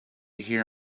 hear